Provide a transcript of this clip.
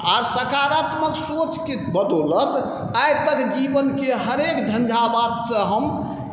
आओर सकारात्मक सोचके बदौलति आइ तक जीवनके हरेक झँझावातसँ हम